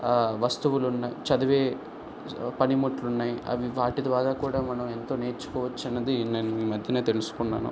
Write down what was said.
ఆ వస్తువులు ఉన్నాయి చదివే పనిముట్లు ఉన్నాయి అవి వాటి ద్వారా కూడా మనం ఎంతో నేర్చుకోవచ్చన్నది నేను ఈ మధ్యన తెలుసుకున్నాను